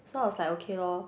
so I was like okay lor